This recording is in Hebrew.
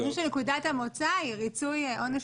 אנחנו חושבים שנקודת המוצא היא ריצוי עונש